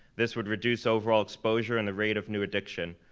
this would reduce overall exposure and the rate of new addiction.